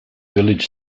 village